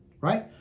right